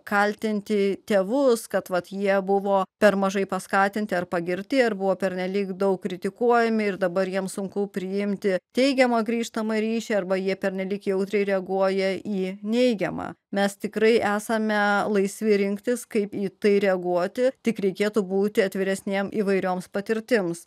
kaltinti tėvus kad jie buvo per mažai paskatinti ar pagirti ar buvo pernelyg daug kritikuojami ir dabar jiems sunku priimti teigiamą grįžtamą ryšį arba jie pernelyg jautriai reaguoja į neigiamą mes tikrai esame laisvi rinktis kaip į tai reaguoti tik reikėtų būti atviresniems įvairioms patirtims